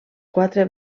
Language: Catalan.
quatre